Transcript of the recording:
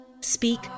Speak